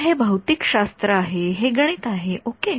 तर हे भौतिकशास्त्र आहे हे गणित आहे ओके